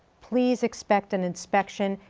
please expect an inspection,